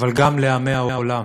אבל גם לעמי העולם,